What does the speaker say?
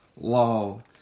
law